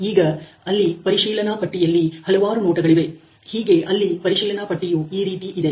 ಈಗ ಅಲ್ಲಿ ಪರಿಶೀಲನಾ ಪಟ್ಟಿಯಲ್ಲಿ ಹಲವಾರು ನೋಟಗಳಿವೆview's ಹೀಗೆ ಅಲ್ಲಿ ಪರಿಶೀಲನಾ ಪಟ್ಟಿಯು ಈ ರೀತಿ ಇದೆ